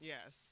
Yes